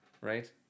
right